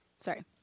Sorry